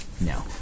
No